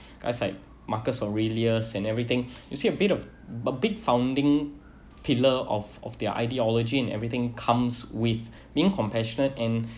guys like marcus aurelius and everything you see a bit of but big founding pillar of of their ideology in everything comes with being compassionate and